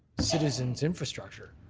citizens' infrastructure.